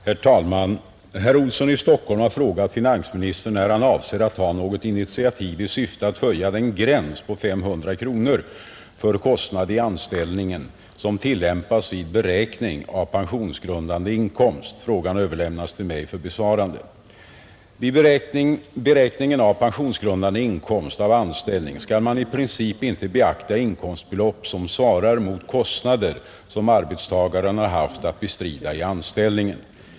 Herr talman! Herr Olsson i Stockholm har frågat finansministern när han avser att ta något initiativ i syfte att höja den gräns på 500 kronor för kostnad i anställningen som tillämpas vid beräkning av pensionsgrundande inkomst. Frågan har överlämnats till mig för besvarande. Vid beräkningen av pensionsgrundande inkomst av anställning skall man i princip inte beakta inkomstbelopp som svarar mot kostnader som arbetstagaren har haft att bestrida i anställningen.